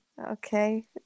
Okay